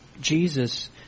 Jesus